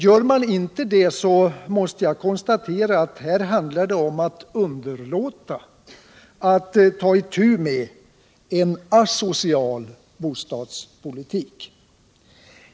Gör man inte det, så måste jag konstatera att det här handlar om att underlåta att ta itu med en asocial bostadspolitik.